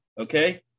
Okay